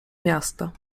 miasta